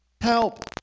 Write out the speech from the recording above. Help